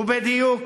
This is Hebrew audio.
ובדיוק